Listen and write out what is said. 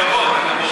הגבות, הגבות.